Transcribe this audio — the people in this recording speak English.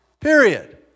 Period